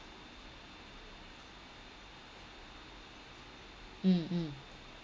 mm mm